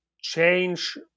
change